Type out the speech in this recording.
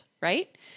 right